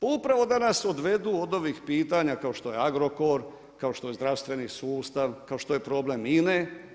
Upravo da nas odvedu od ovih pitanja kao što je Agrokor, kao što je zdravstveni sustav, kao što je problem INA-e.